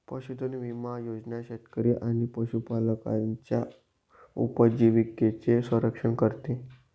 पशुधन विमा योजना शेतकरी आणि पशुपालकांच्या उपजीविकेचे संरक्षण करते